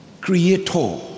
Creator